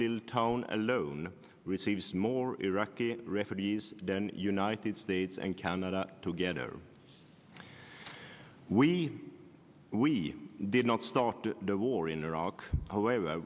little town alone receives more iraqi refugees than united states and canada together we we did not start the war in iraq however